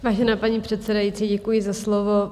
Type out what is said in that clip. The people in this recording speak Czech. Vážená paní předsedající, děkuji za slovo.